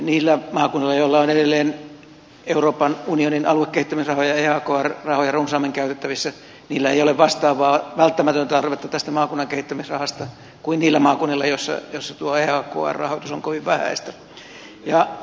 niillä maakunnilla joilla on edelleen euroopan unionin aluekehittämisrahoja ja eakr rahoja runsaammin käytettävissä ei ole vastaavaa välttämätöntä tarvetta tälle maakunnan kehittämisrahalle kuin niillä maakunnilla joissa tuo eakr rahoitus on kovin vähäistä